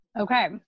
Okay